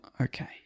Okay